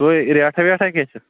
سُے ریٹھاہ ویٹھاہ کیٛاہ چھِ